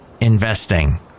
investing